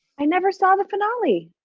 i never saw the finale.